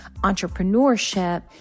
entrepreneurship